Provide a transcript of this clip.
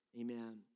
amen